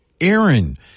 Aaron